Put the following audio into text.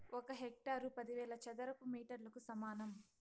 ఒక హెక్టారు పదివేల చదరపు మీటర్లకు సమానం